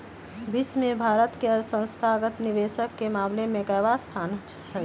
विश्व में भारत के संस्थागत निवेशक के मामला में केवाँ स्थान हई?